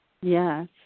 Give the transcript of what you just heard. Yes